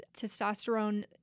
testosterone